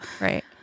Right